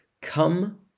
Come